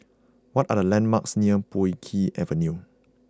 what are the landmarks near Puay Hee Avenue